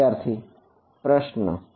વિદ્યાર્થી પ્રશ્ન